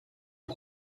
est